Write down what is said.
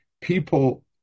people